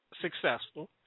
successful